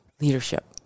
leadership